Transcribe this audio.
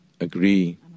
agree